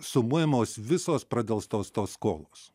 sumuojamos visos pradelstos skolos